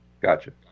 Gotcha